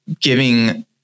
giving